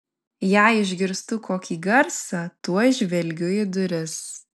jei išgirstu kokį garsą tuoj žvelgiu į duris